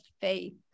faith